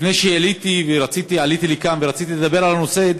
לפני שעליתי לכאן ורציתי לדבר על הנושא,